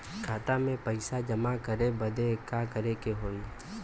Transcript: खाता मे पैसा जमा करे बदे का करे के होई?